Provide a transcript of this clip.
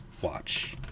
watch